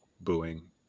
booing